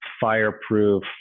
fireproof